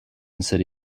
city